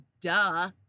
duh